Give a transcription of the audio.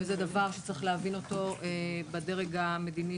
זה דבר שהדרג המדיני,